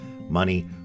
money